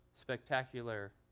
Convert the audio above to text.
spectacular